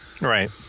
Right